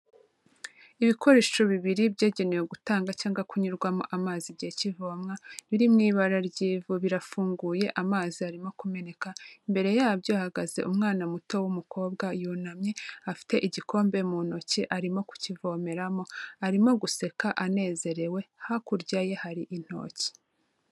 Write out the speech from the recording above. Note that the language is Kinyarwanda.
Ibikoresho bibiri byagenewe gutanga cyangwa kunyurwamo amazi igihe cy'ivomwa biri mu ibara ry'ivu birafunguye amazi arimo kumeneka, imbere yabyo hahagaze umwana muto w'umukobwa yunamye afite igikombe mu ntoki arimo kukivomeramo, arimo guseka anezerewe hakurya ye hari intoki.